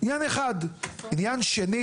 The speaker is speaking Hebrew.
פחות מזיז לי